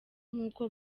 nkuko